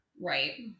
Right